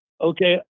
Okay